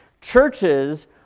churches